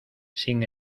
sin